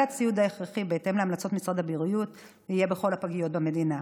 הציוד ההכרחי בהתאם להמלצות משרד הבריאות יהיה בכל הפגיות במדינה.